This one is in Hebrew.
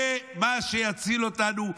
זה מה שיציל אותנו,